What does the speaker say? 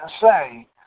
say